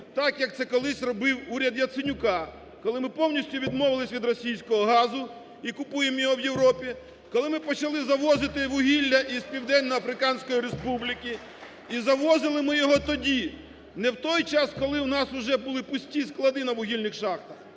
так, як це колись робив уряд Яценюка, коли ми повністю відмовилися від російського газу і купуємо його в Європі, коли ми почали завозити вугілля із Південно-Африканської Республіки, і завозили ми його тоді, не в той час, коли в нас уже були пусті склади на вугільних шахтах,